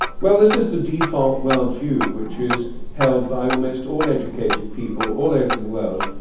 well this is the default world view which is held by almost all educated people all over the world.